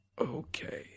Okay